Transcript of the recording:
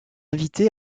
invités